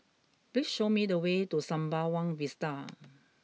please show me the way to Sembawang Vista